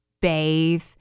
bathe